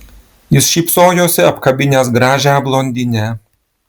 jis šypsojosi apkabinęs gražią blondinę